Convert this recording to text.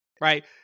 right